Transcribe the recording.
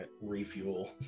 refuel